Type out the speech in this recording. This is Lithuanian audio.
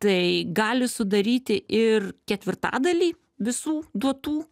tai gali sudaryti ir ketvirtadalį visų duotų